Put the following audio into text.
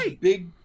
big